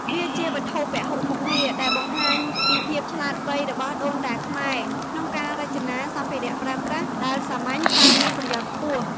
វាជា វត្ថុពហុមុខងារ ដែលបង្ហាញពីភាពឆ្លាតវៃរបស់ដូនតាខ្មែរក្នុងការរចនាសម្ភារៈប្រើប្រាស់ដែលសាមញ្ញតែមានប្រយោជន៍ខ្ពស់។